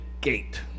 gate